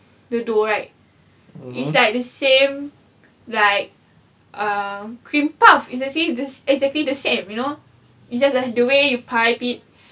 the dough right it's like the same like uh cream puff is actually the exactly the same you know it's just the way you pipe it